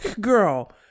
girl